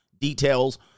details